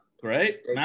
Great